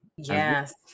Yes